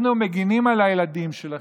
אנחנו מגינים על הילדים שלכם,